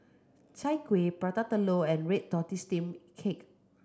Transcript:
Chai Kuih Prata Telur and red tortoise steamed cake